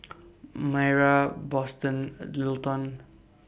Mayra Boston and Littleton